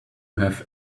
have